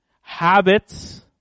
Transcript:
Habits